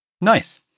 Nice